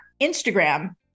Instagram